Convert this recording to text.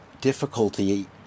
difficulty